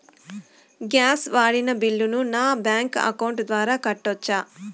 Gas వాడిన బిల్లును నా బ్యాంకు అకౌంట్ ద్వారా కట్టొచ్చా?